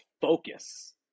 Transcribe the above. focus